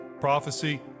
prophecy